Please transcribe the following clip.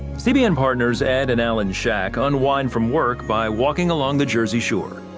cbn partners ed and ellen schack unwind from work by walking along the jersey shore.